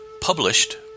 published